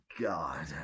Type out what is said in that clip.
god